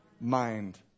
mind